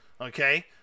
Okay